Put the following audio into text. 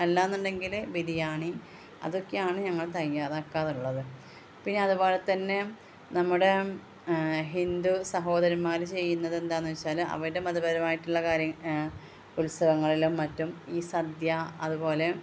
അല്ല എന്നുണ്ടെങ്കിൽ ബിരിയാണി അതൊക്കെയാണ് ഞങ്ങൾ തയ്യാറാക്കാറുള്ളത് പിന്നെ അതുപോലെ തന്നെ നമ്മുടെ ഹിന്ദു സഹോദരന്മാർ ചെയ്യുന്നത് എന്താണെന്ന് വച്ചാൽ അവരെ മതപരമായിട്ടുള്ള കാര്യങ്ങൾ ഉത്സവങ്ങളിലും മറ്റും ഈ സദ്യ അതുപോലെ